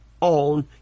on